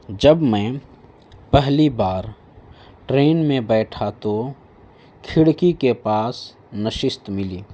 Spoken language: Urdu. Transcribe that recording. جب میں پہلی بار ٹرین میں بیٹھا تو کھڑکی کے پاس نشست ملی